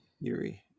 Yuri